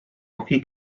rocky